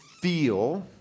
feel